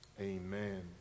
Amen